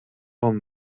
van